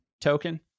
token